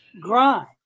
grind